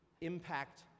impact